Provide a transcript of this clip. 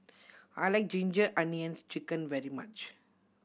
I like Ginger Onions Chicken very much